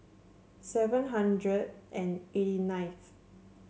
seven hundred and eighty ninth